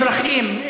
אזרחים,